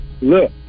Look